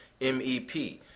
MEP